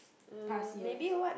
past years